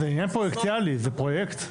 זה עניין פרויקטאלי, זה פרויקט.